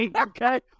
okay